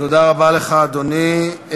תודה רבה לך, אדוני.